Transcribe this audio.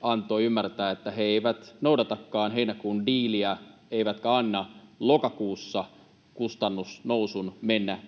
antoi ymmärtää, että he eivät noudatakaan heinäkuun diiliä eivätkä anna lokakuussa kustannusnousun mennä